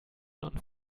und